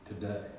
today